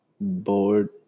bored